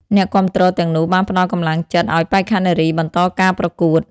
អ្នកគាំទ្រទាំងនោះបានផ្តល់កម្លាំងចិត្តឲ្យបេក្ខនារីបន្តការប្រកួត។